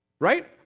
Right